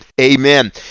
Amen